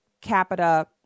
capita